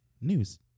News